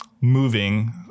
moving